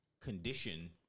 condition